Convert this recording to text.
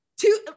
two